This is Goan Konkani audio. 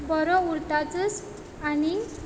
बरो उरतातच आनी